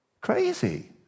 Crazy